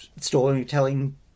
storytelling